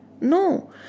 No